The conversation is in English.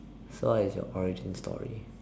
so what is your origin story